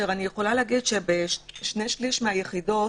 בשני-שלישים מהיחידות